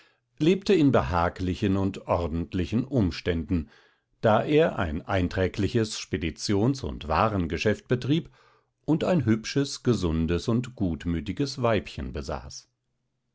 lebte in behaglichen und ordentlichen umständen da er ein einträgliches speditions und warengeschäft betrieb und ein hübsches gesundes und gutmütiges weibchen besaß